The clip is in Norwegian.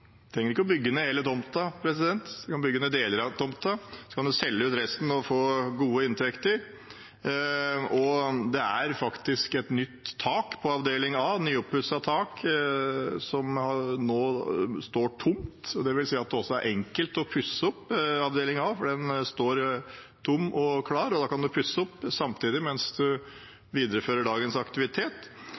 kan bygge ned deler av tomten, og så kan en selge ut resten og få gode inntekter. Det er faktisk et nytt tak på avdeling A, et nyoppusset tak, og der står det nå tomt. Det vil si at det også er enkelt å pusse opp avdeling A, for den står tom og klar. Da kan en pusse opp samtidig som en viderefører dagens aktivitet.